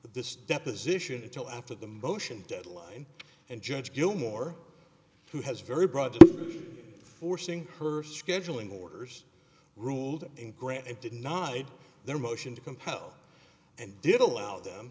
this deposition until after the motion deadline and judge gilmore who has very broad forcing her scheduling orders ruled and granted nodded their motion to compel and did allow them